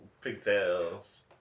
pigtails